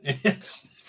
Yes